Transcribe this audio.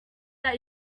that